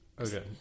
Okay